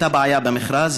הייתה בעיה במכרז,